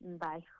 Bye